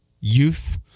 youth